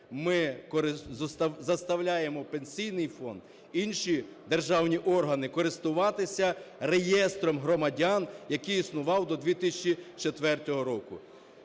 ми заставляємо Пенсійний фонд, інші державні органи користуватися реєстром громадян, який існував до 2004 року.